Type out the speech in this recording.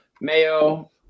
Mayo